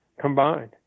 combined